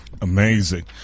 Amazing